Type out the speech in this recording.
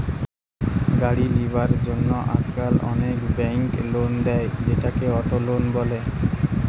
গাড়ি লিবার জন্য আজকাল অনেক বেঙ্ক লোন দেয়, সেটাকে অটো লোন বলে